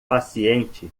paciente